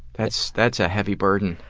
that's that's a heavy burden.